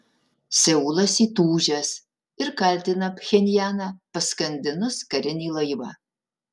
seulas įtūžęs ir kaltina pchenjaną paskandinus karinį laivą